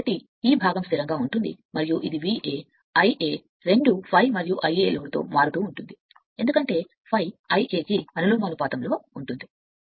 V కాబట్టి ఈ భాగం స్థిరంగా ఉంటుంది మరియు ఇది Va Ia రెండు ∅ మరియు Ia లోడ్తో మారుతూ ఉంటుంది ఎందుకంటే ∅ Ia కి అనులోమానుపాతంలో ఉంటుంది